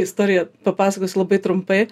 istoriją papasakosiu labai trumpai